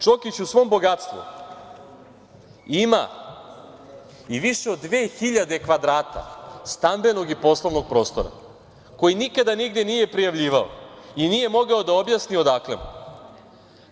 Čokić u svom bogatstvu ima i više od 2.000 kvadrata stambenog i poslovnog prostora, koji nikada nigde nije prijavljivao i nije mogao da objasni odakle mu.